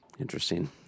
interesting